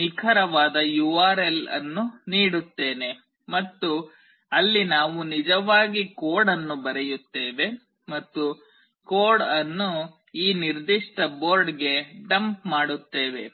ನಿಖರವಾದ URL ಅನ್ನು ನೀಡುತ್ತೇನೆ ಮತ್ತು ಅಲ್ಲಿ ನಾವು ನಿಜವಾಗಿ ಕೋಡ್ ಅನ್ನು ಬರೆಯುತ್ತೇವೆ ಮತ್ತು ಕೋಡ್ ಅನ್ನು ಈ ನಿರ್ದಿಷ್ಟ ಬೋರ್ಡ್ಗೆ ಡಂಪ್ ಮಾಡುತ್ತೇವೆ